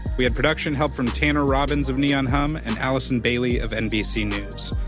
we had production help from tanner robbins of neon hum and allison bailey of nbc news.